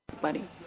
buddy